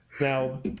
now